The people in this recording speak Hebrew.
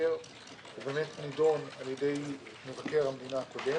המבקר נידון על ידי מבקר המדינה הקודם,